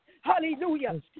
Hallelujah